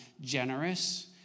generous